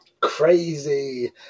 crazy